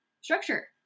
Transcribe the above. structure